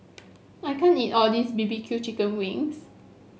I can't eat all this B B Q Chicken Wings